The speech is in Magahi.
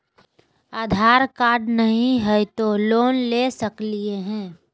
आधार कार्ड नही हय, तो लोन ले सकलिये है?